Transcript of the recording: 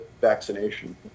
vaccination